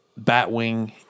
Batwing